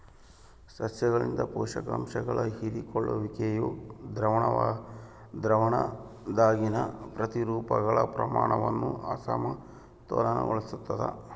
ಸಸ್ಯಗಳಿಂದ ಪೋಷಕಾಂಶಗಳ ಹೀರಿಕೊಳ್ಳುವಿಕೆಯು ದ್ರಾವಣದಾಗಿನ ಪ್ರತಿರೂಪಗಳ ಪ್ರಮಾಣವನ್ನು ಅಸಮತೋಲನಗೊಳಿಸ್ತದ